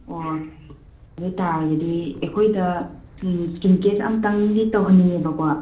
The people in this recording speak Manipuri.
ꯑꯣ ꯑꯗꯨ ꯑꯣꯏꯇꯔꯒꯗꯤ ꯑꯩꯈꯣꯏꯗ ꯁꯨꯝ ꯏꯁꯀꯤꯟ ꯇꯦꯁ ꯑꯃꯇꯪꯗꯤ ꯇꯧꯍꯟꯅꯤꯡꯉꯦꯕꯀꯣ